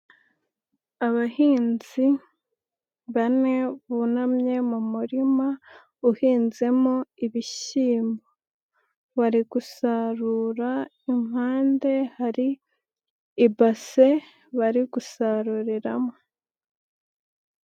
Abahinzi bane bunamye mu murima uhinzemo ibishyimbo, bari gusarura impande hari ibase bari gusaruriramo.